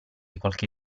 qualche